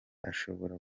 ashobora